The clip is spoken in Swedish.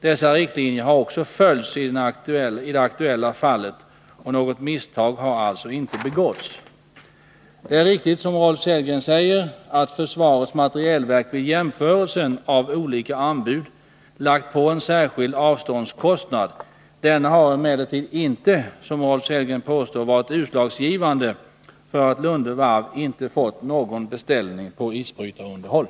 Dessa riktlinjer har också följts i det aktuella fallet. Något misstag har alltså inte begåtts. Det är riktigt, som Rolf Sellgren säger, att försvarets materielverk vid jämförelsen av olika anbud lagt på en särskild avståndskostnad. Denna har emellertid inte, som Rolf Sellgren påstår, varit utslagsgivande för att Lunde Varv inte fått någon beställning på isbrytarunderhåll.